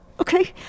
okay